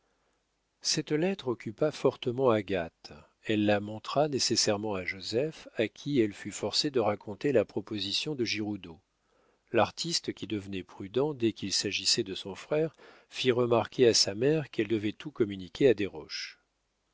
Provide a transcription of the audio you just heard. cette lettre occupa fortement agathe elle la montra nécessairement à joseph à qui elle fut forcée de raconter la proposition de giroudeau l'artiste qui devenait prudent dès qu'il s'agissait de son frère fit remarquer à sa mère qu'elle devait tout communiquer à desroches